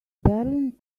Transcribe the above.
berlin